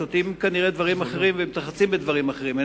שותים כנראה דברים אחרים ומתרחצים בדברים אחרים.